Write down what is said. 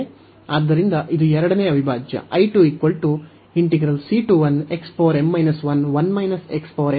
ಆದ್ದರಿಂದ ಇದು ಎರಡನೇ ಅವಿಭಾಜ್ಯ ಆಗಿತ್ತು